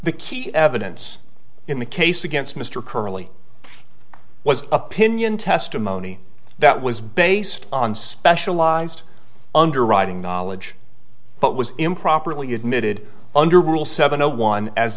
the key evidence in the case against mr curly was opinion testimony that was based on specialized underwriting knowledge but was improperly admitted under rule seven zero one as